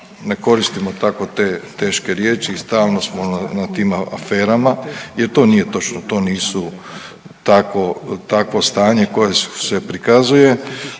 ne koristimo tako te teške riječi i stalno smo ono na tim aferama jer to nije točno, to nisu tako, takvo stanje koje se prikazuje,